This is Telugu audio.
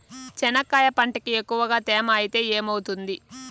చెనక్కాయ పంటకి ఎక్కువగా తేమ ఐతే ఏమవుతుంది?